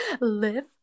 Live